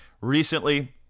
recently